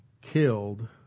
killed